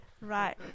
Right